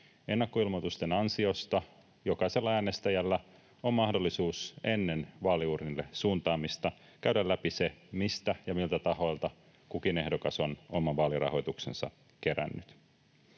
Ennakkoilmoitusten ansiosta jokaisella äänestäjällä on mahdollisuus ennen vaaliuurnille suuntaamista käydä läpi se, mistä ja miltä tahoilta kukin ehdokas on oman vaalirahoituksensa kerännyt.